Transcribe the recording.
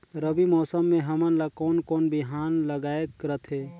रबी मौसम मे हमन ला कोन कोन बिहान लगायेक रथे?